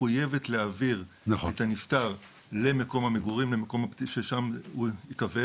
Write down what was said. להעביר את הנפטר ממקום המגורים למקום בו הוא ייקבר.